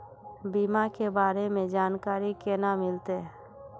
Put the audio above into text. बीमा के बारे में जानकारी केना मिलते?